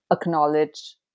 acknowledge